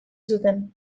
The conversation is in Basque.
zuten